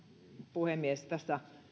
puhemies tässä